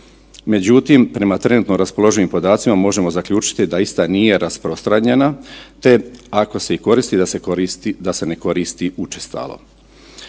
međutim, prema trenutno raspoloživim podacima možemo zaključiti da ista nije rasprostranjena te, ako se i koristi, da se koristi, da